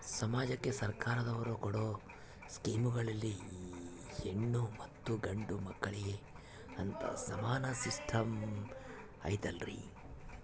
ಸಮಾಜಕ್ಕೆ ಸರ್ಕಾರದವರು ಕೊಡೊ ಸ್ಕೇಮುಗಳಲ್ಲಿ ಹೆಣ್ಣು ಮತ್ತಾ ಗಂಡು ಮಕ್ಕಳಿಗೆ ಅಂತಾ ಸಮಾನ ಸಿಸ್ಟಮ್ ಐತಲ್ರಿ?